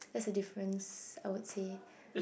that's the difference I would say